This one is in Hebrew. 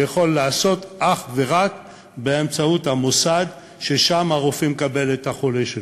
זה יכול להיעשות אך ורק באמצעות המוסד שבו הרופא מקבל את החולה שלו,